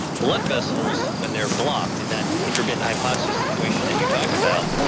blood vessels, when they are blocked in that intermittent hypoxia situation that you talked about,